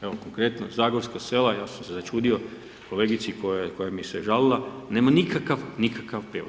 Evo konkretno zagorska sela, ja sam se začudio kolegici koja mi se žalila, nema nikakav, nikakav prijevoz.